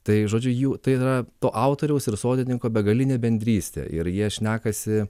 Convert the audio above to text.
tai žodžiu jų tai yra to autoriaus ir sodininko begalinė bendrystė ir jie šnekasi